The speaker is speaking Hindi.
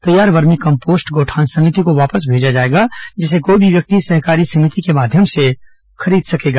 तैयार वर्मी कम्पोस्ट गौठान समिति को बापस भेजा जाएगा जिसे कोई भी व्यक्ति सहकारी समिति के माध्यम से खरीद सकेगा